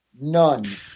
none